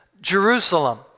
Jerusalem